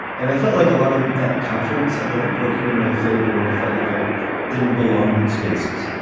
and i felt like a lot of that confidence ended up working in my favor when i felt like i didn't belong in spaces.